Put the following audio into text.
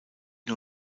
nur